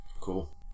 Cool